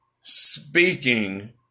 speaking